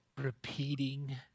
Repeating